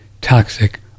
toxic